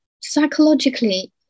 psychologically